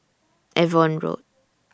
Avon Road